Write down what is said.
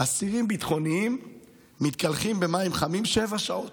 ואסירים ביטחוניים מתקלחים במים חמים שבע שעות.